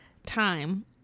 time